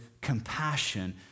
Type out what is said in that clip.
compassion